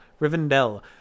Rivendell